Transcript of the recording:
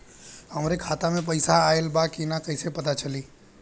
हमरे खाता में पैसा ऑइल बा कि ना कैसे पता चली?